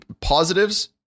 positives